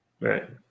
right